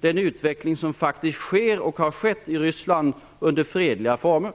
den utveckling som faktiskt sker och har skett i Ryssland under fredliga former.